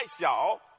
y'all